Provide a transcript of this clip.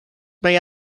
may